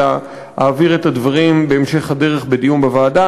אלא אעביר את הדברים בהמשך הדרך בדיון בוועדה.